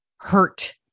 hurt